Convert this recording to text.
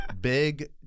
big